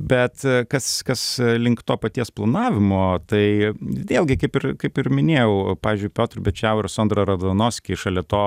bet kas kas link to paties planavimo tai vėlgi kaip ir kaip ir minėjau pavyzdžiui piotr bečao ir sondra radvanovsky šalia to